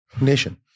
Nation